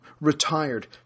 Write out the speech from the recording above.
retired